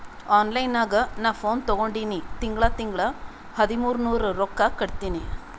online ನಾಗ್ ನಾ phone ತಗೊಂಡಿನಿ ತಿಂಗಳಾ ತಿಂಗಳಾ ಹದಿಮೂರ್ ನೂರ್ ರೊಕ್ಕಾ ಕಟ್ಟತ್ತಿನಿ